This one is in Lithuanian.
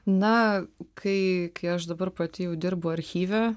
na kai kai aš dabar pati jau dirbu archyve